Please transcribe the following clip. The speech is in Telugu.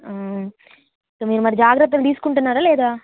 మీరు మరి జాగ్రత్తలు తీసుకుంటున్నారా లేదా